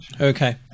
Okay